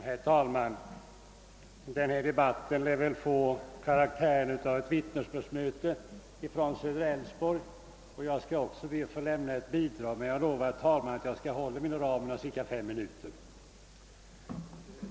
Herr talman! Denna debatt lär få karaktären av ett vittnesbördsmöte från södra Älvsborg, och jag skall också be att få lämna ett bidrag. Jag lovar emellertid, herr talman, att det inte skall ta mer än fem minuter.